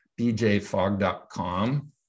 bjfog.com